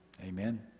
Amen